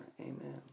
Amen